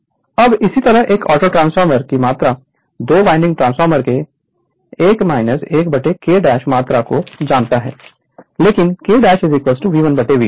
Refer Slide Time 1344 अब इसी तरह एक ऑटो ट्रांसफार्मर की मात्रा 2 वाइंडिंग ट्रांसफार्मर के 1 1 K डैश मात्रा को जानता है लेकिन K डैश V1 V2 जो कि 115 से 138 है